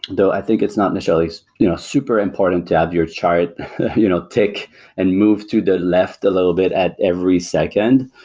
though i think it's not necessarily so yeah super important to have your chart you know tick and move to the left a little bit at every second,